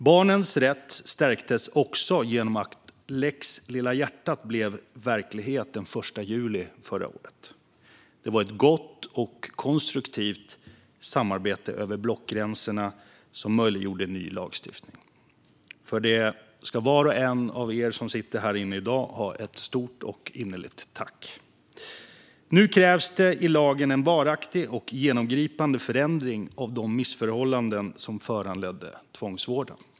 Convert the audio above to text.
Barnens rätt stärktes också genom att lex Lilla hjärtat blev verklighet den 1 juli förra året. Det var ett gott och konstruktivt samarbete över blockgränserna som möjliggjorde ny lagstiftning. För detta ska var och en av er som sitter här inne i dag ha ett stort och innerligt tack! Nu krävs det i lagen en varaktig och genomgripande förändring av de missförhållanden som föranledde tvångsvården.